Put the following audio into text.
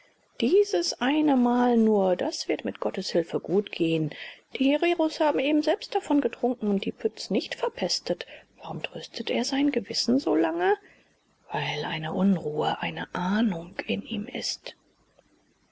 dieses eine mal nur das wird mit gottes hilfe gut gehen die hereros haben eben selbst davon getrunken und die pütz nicht verpestet warum tröstet er sein gewissen so lange weil eine unruhe eine ahnung in ihm ist